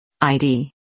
ID